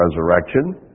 resurrection